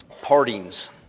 partings